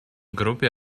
группе